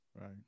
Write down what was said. right